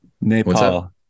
Nepal